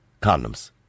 Condoms